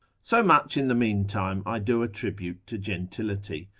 so much in the mean time i do attribute to gentility,